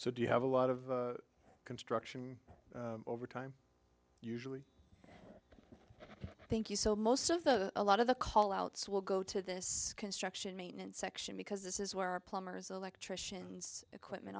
so do you have a lot of construction over time usually thank you so most of the a lot of the call outs will go to this construction maintenance section because this is where plumbers electricians equipment